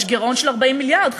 יש גירעון של 40 מיליארד,